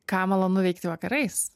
ką malonu veikti vakarais